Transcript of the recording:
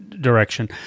direction